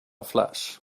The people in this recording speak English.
flash